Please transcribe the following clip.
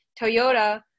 Toyota